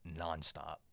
nonstop